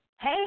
hey